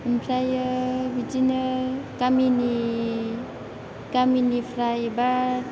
ओमफ्रायाे बिदिनो गामिनिफ्राय बा